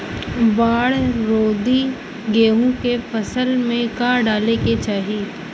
बाढ़ रोधी गेहूँ के फसल में का डाले के चाही?